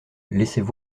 laissaient